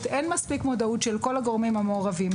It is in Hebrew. אין מספיק מודעות של כל הגורמים המעורבים,